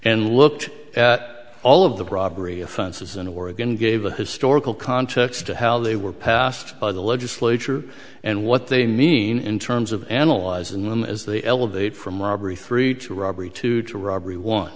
and looked at all of the robbery offenses in oregon gave a historical context to how they were passed by the legislature and what they mean in terms of analyzing them as they elevate from robbery three to robbery two to robbery one